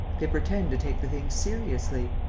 they pretend to take the thing seriously.